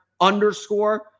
underscore